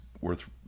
worth